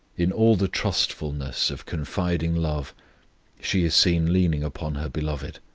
in all the trustfulness of confiding love she is seen leaning upon her beloved.